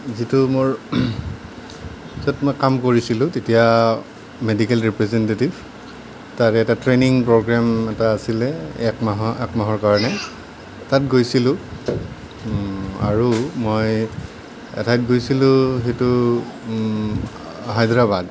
যিটো মোৰ য'ত মই কাম কৰিছিলোঁ তেতিয়া মেডিকেল ৰিপ্ৰেজেণ্টিটিভ তাৰে এটা ট্ৰেইনিং প্ৰগ্ৰেম এটা আছিলে এক মাহৰ এক মাহৰ কাৰণে তাত গৈছিলোঁ আৰু মই এঠাইত গৈছিলোঁ সেইটো হায়দৰাবাদ